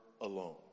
alone